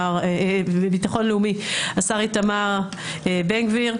השר איתמר בן גביר,